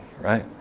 right